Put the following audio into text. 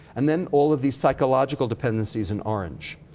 and then all of these psychological dependencies in orange.